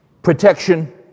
Protection